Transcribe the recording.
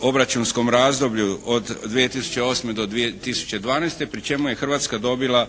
obračunskom razdoblju od 2008. do 2012. pri čemu je Hrvatska dobila